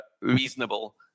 reasonable